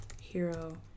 hero